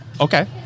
Okay